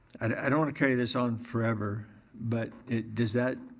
i don't want to carry this on forever but does that,